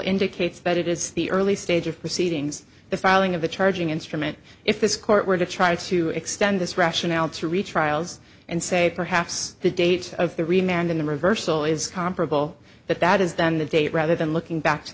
indicates that it is the early stage of proceedings the filing of the charging instrument if this court were to try to extend this rationale to reach trials and say perhaps the date of the remained in the reversal is comparable that that is then the date rather than looking back to